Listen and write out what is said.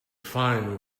fine